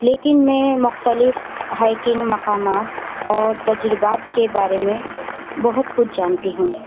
لیکن میں مختلف ہائیکنگ مقامات اور تجربات کے بارے میں بہت کچھ جانتی ہوں